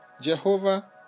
Jehovah